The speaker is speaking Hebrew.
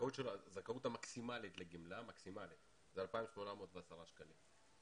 הזכאות המקסימלית לגמלה זה 2,810 שקלים.